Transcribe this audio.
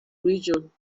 region